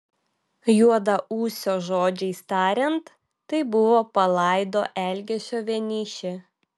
juodaūsio žodžiais tariant tai buvo palaido elgesio vienišė